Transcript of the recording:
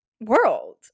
world